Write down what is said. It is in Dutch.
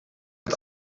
het